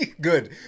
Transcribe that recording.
Good